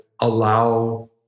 allow